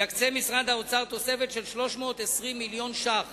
יקצה משרד האוצר תוספת של 320 מיליון ש"ח